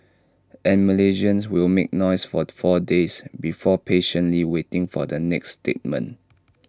and Malaysians will make noise for four days before patiently waiting the next statement